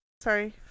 Sorry